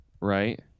right